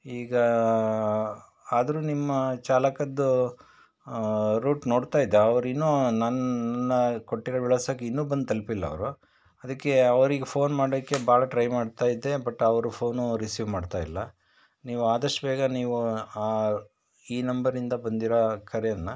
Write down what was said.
ಈಗ ಆದರೂ ನಿಮ್ಮ ಚಾಲಕದ್ದು ರೂಟ್ ನೋಡ್ತಾಯಿದ್ದೆ ಅವ್ರೂ ಇನ್ನೂ ನನ್ನ ಕೊಟ್ಟಿರೋ ವಿಳಾಸಕ್ಕೆ ಇನ್ನೂ ಬಂದು ತಲುಪಿಲ್ಲ ಅವರು ಅದಕ್ಕೆ ಅವ್ರಿಗೆ ಫೋನ್ ಮಾಡೋಕೆ ಭಾಳ ಟ್ರೈ ಮಾಡ್ತಾಯಿದ್ದೆ ಬಟ್ ಅವರು ಫೋನು ರಿಸೀವ್ ಮಾಡ್ತಾಯಿಲ್ಲ ನೀವು ಆದಷ್ಟು ಬೇಗ ನೀವು ಈ ನಂಬರಿಂದ ಬಂದಿರೋ ಆ ಕರೇನ